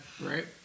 Right